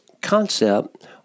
concept